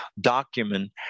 document